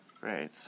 Great